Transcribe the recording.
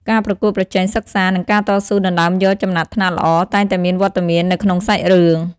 ការប្រកួតប្រជែងសិក្សា និងការតស៊ូដណ្តើមយកចំណាត់ថ្នាក់ល្អតែងតែមានវត្តមាននៅក្នុងសាច់រឿង។